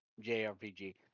JRPG